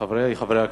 חברי חברי הכנסת,